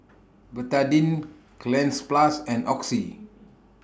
Betadine Cleanz Plus and Oxy